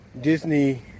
Disney